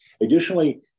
Additionally